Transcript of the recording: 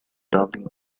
doubling